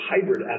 hybrid